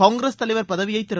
காங்கிரஸ் தலைவர் பதவியை திரு